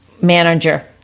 manager